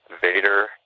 Vader